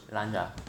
lunch ah